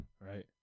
right